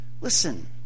Listen